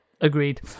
agreed